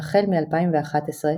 והחל מ-2011,